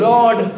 Lord